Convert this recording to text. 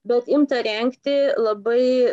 bet imta rengti labai